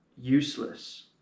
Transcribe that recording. useless